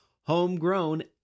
homegrown